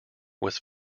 was